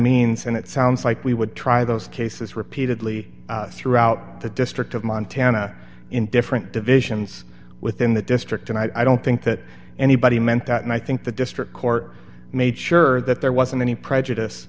means and it sounds like we would try those cases repeatedly throughout the district of montana in different divisions within the district and i don't think that anybody meant that and i think the district court made sure that there wasn't any prejudice